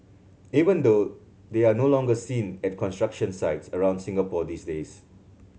even though they are no longer seen at construction sites around Singapore these days